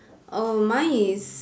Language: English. err mine is